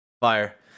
Fire